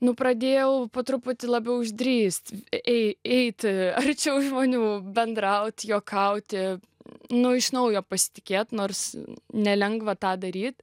nu pradėjau po truputį labiau išdrįsti ei eiti arčiau žmonių bendraut juokauti nu iš naujo pasitikėt nors nelengva tą daryt